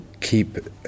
keep